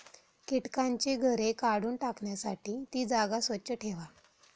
कीटकांची घरे काढून टाकण्यासाठी ती जागा स्वच्छ ठेवा